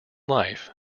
life